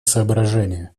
соображения